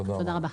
תודה רבה.